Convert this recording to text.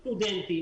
סטודנטים,